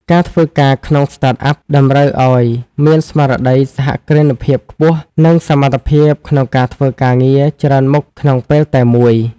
ការធ្វើការក្នុង Startup តម្រូវឱ្យមានស្មារតីសហគ្រិនភាពខ្ពស់ និងសមត្ថភាពក្នុងការធ្វើការងារច្រើនមុខក្នុងពេលតែមួយ។